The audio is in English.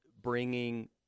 bringing –